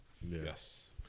Yes